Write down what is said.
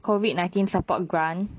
COVID nineteen support grant